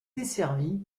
desservi